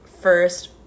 first